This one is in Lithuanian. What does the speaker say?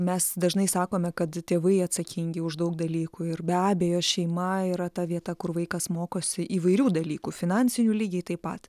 mes dažnai sakome kad tėvai atsakingi už daug dalykų ir be abejo šeima yra ta vieta kur vaikas mokosi įvairių dalykų finansinių lygiai taip pat